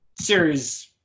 series